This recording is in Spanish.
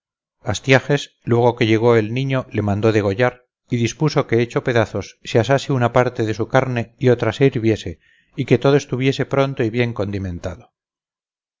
astiages luego que llegó el niño le mandó degollar y dispuso que hecho pedazos se asase una parte de su carne y otra se hirviese y que todo estuviese pronto y bien condimentado